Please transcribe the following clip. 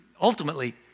ultimately